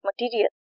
material